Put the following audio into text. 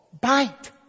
Bite